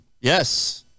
Yes